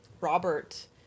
Robert